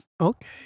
Okay